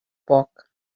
poc